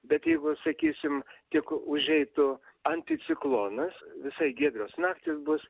bet jeigu sakysim tik užeitų anticiklonas visai giedrios naktys bus